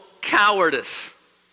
cowardice